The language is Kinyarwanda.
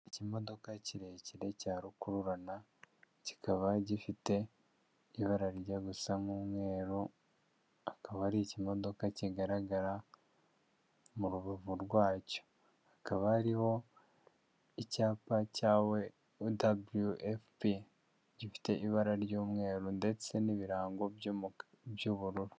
Ikimodoka kirekire cya rukururana kikaba gifite ibara rijya gusa n'umweru akaba ari ikimodoka kigaragara mu rubavu rwacyo, hakaba hariho icyapa cya we daburiyu pi efupi gifite ibara ry'umweru ndetse n'ibirango by'ubururu.